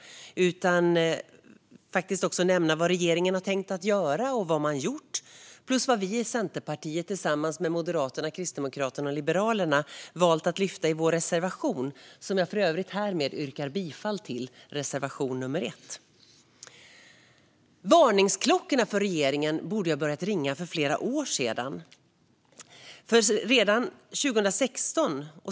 Jag vill nämna vad regeringen har tänkt göra, vad man har gjort plus vad vi i Centerpartiet tillsammans med Moderaterna, Kristdemokraterna och Liberalerna har valt att lyfta upp i reservation nummer 1, som jag för övrigt härmed yrkar bifall till. Varningsklockorna borde ha börjat ringa hos regeringen för flera år sedan.